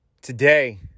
Today